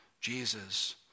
Jesus